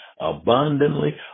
abundantly